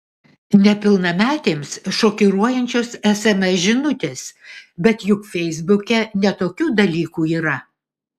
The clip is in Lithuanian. nepilnametėms šokiruojančios sms žinutės bet juk feisbuke ne tokių dalykų yra